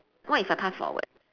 what if I pass forward